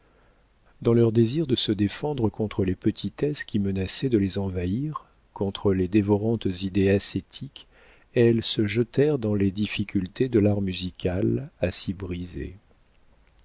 dans leur désir de se défendre contre les petitesses qui menaçaient de les envahir contre les dévorantes idées ascétiques elles se jetèrent dans les difficultés de l'art musical à s'y briser